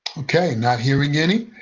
okay. not hearing any,